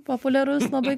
populiarus labai